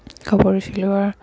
কাপোৰ চিলোৱাৰ